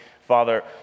Father